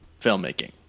filmmaking